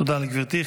תודה לגברתי.